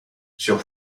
sur